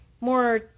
more